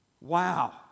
wow